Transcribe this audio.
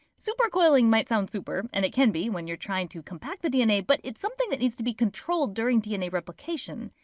supercoiling might sound super and it can be when you're trying to compact dna, but it's something that needs to be controlled during dna replication.